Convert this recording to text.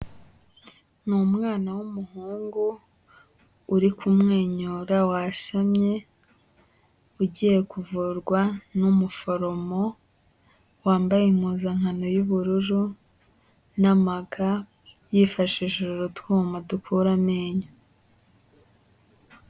Ni umwana w'umuhungu uri kumwenyura wasamye, ugiye kuvurwa n'umuforomo wambaye impuzankano y'ubururu n'amaga, yifashishije utwuma dukura amenyo.